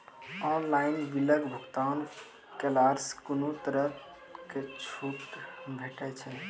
Online बिलक भुगतान केलासॅ कुनू तरहक छूट भेटै छै?